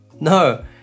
No